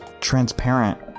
transparent